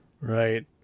Right